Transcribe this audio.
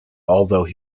although